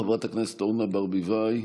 חברת הכנסת אורנה ברביבאי,